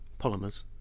polymers